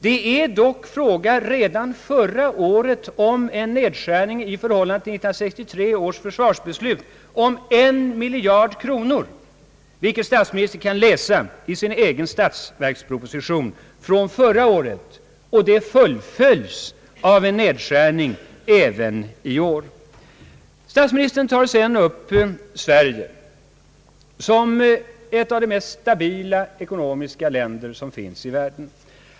Det var dock redan förra året fråga om en nedskärning i förhållande till 1963 års försvarsbeslut med en miljard kronor, vilket statsministern kan läsa i sin egen statsverksproposition från förra året. Och det fullföljs av en nedskärning även i år. Statsministern beskriver sedan Sverige som ett av de ekonomiskt mest stabila länder som finns i världen.